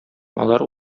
алар